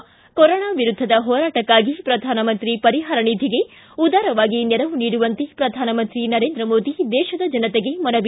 ಿ ಕೊರನಾ ವಿರುದ್ದದ ಹೋರಾಟಕ್ಕಾಗಿ ಪ್ರಧಾನಮಂತ್ರಿ ಪರಿಹಾರ ನಿಧಿಗೆ ಉದಾರವಾಗಿ ನೆರವು ನೀಡುವಂತೆ ಪ್ರಧಾನಮಂತ್ರಿ ನರೇಂದ್ರ ಮೋದಿ ದೇಶದ ಜನತೆಗೆ ಮನವಿ